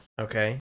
Okay